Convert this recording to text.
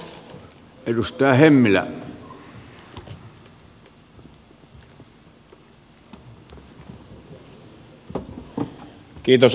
arvoisa puhemies